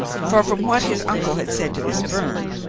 for, from what his uncle had said to miss byrne,